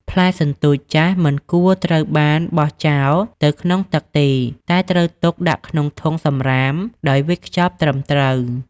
ផ្លែសន្ទូចចាស់ មិនគួរត្រូវបានបោះចោលទៅក្នុងទឹកទេ តែត្រូវទុកដាក់ក្នុងធុងសំរាមដោយវេចខ្ចប់ត្រឹមត្រូវ។